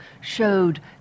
showed